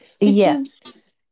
yes